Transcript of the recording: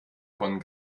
von